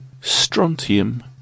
strontium